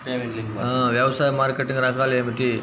వ్యవసాయ మార్కెటింగ్ రకాలు ఏమిటి?